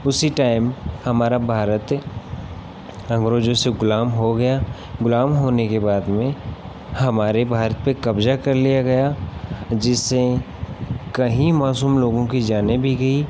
उसी टाइम हमारा भारत अंग्रेज़ों से गुलाम हो गया गुलाम होने के बाद में हमारे भारत पर कब्ज़ा कर लिया गया जिससे कई मासूम लोगों की जानें भी गईं